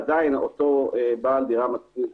עדיין אותו בעל דירה מתקין,